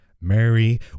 Mary